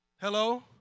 Hello